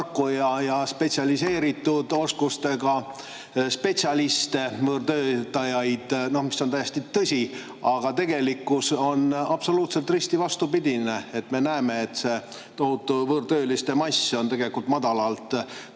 ja spetsialiseeritud oskustega spetsialiste, võõrtöötajaid. See on täiesti tõsi. Tegelikkus on aga absoluutselt risti vastupidine: me näeme, et see tohutu võõrtööliste mass on tegelikult madalalt